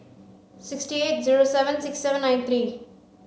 six eight zero seven six seven nine three